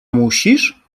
musisz